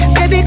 Baby